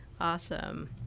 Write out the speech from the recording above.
awesome